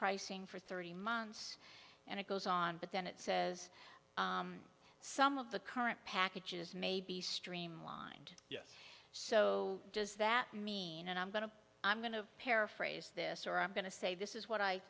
pricing for thirty months and it goes on but then it says some of the current packages may be streamlined yes so does that mean and i'm going to i'm going to paraphrase this or i'm going to say this is what i